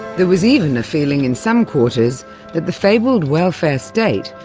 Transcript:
there was even a feeling in some quarters that the fabled welfare state,